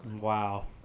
wow